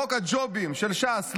חוק הג'ובים של ש"ס,